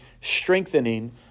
strengthening